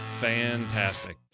fantastic